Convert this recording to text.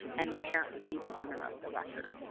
and the parent would be the owner of the record.